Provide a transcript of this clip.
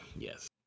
Yes